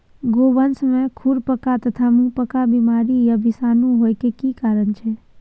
गोवंश में खुरपका तथा मुंहपका बीमारी आ विषाणु होय के की कारण छै?